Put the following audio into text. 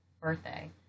birthday